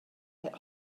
get